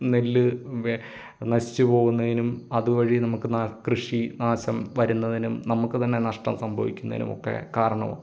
നെല്ല് നശിച്ചു പോകുന്നതിനും അതുവഴി നമുക്ക് കൃഷി നാശം വരുന്നതിനും നമുക്ക് തന്നെ നഷ്ടം സംഭവിക്കുന്നതിനും ഒക്കെ കാരണമാവും